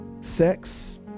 sex